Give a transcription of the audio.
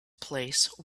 place